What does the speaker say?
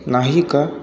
नाही का